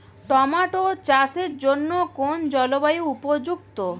Tomato চাষের জন্য কোন জলবায়ু উপযুক্ত?